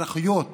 האזרחיות במדינה.